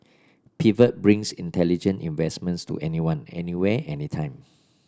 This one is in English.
pivot brings intelligent investments to anyone anywhere anytime